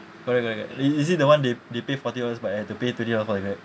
correct correct correct is is it the one they they pay forty dollars but have to pay to thirty dollars